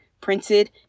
printed